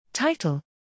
Title